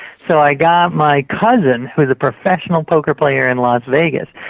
so i got my cousin, who's a professional poker player in las vegas,